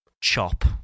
Chop